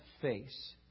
face